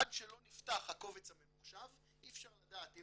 עד שלא נפתח הקובץ הממוחשב אי אפשר לדעת אם